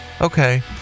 Okay